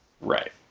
Right